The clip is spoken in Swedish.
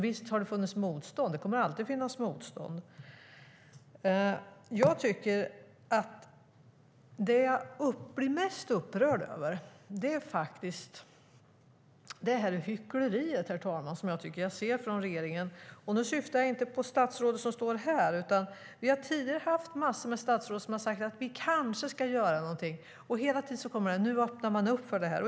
Visst har det funnits motstånd - det kommer alltid att finnas motstånd. Det jag blir mest upprörd över är faktiskt det hyckleri, herr talman, som jag tycker att jag ser från regeringen. Nu syftar jag inte på statsrådet som står här, men vi har haft massor av statsråd som tidigare sagt att de kanske ska göra någonting. Hela tiden kommer det att man nu öppnar upp för det här.